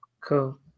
cool